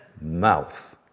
mouth